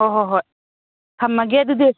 ꯍꯣꯏ ꯍꯣꯏ ꯍꯣꯏ ꯊꯝꯃꯒꯦ ꯑꯗꯨꯗꯤ